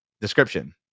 description